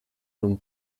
non